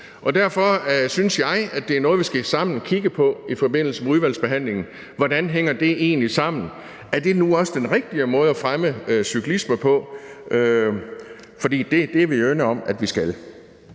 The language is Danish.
og derfor synes jeg, det er noget, vi sammen skal kigge på i forbindelse med udvalgsbehandlingen, altså hvordan det egentlig hænger sammen, om det nu også er den rigtige måde at fremme cyklisme på, for det er vi enige om vi skal.